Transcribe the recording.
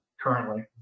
currently